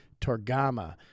Torgama